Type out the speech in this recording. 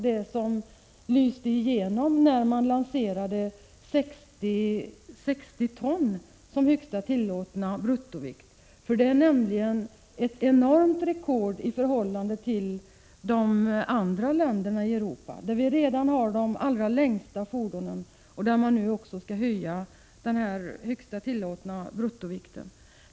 Detta lyser igenom när 60 ton skall bli högsta tillåtna bruttovikt, vilket är ett enormt rekord, om man jämför med förhållandena i de andra europeiska länderna. Vi har redan de längsta fordonen, och nu skall man alltså höja den högsta tillåtna bruttovikten.